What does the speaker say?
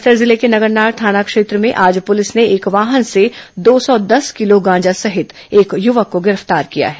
बस्तर जिले के नगरनार थाना क्षेत्र में आज पुलिस ने एक वाहन से दो सौ दस किलो गांजा सहित एक युवक को गिरफ्तार किया है